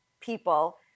people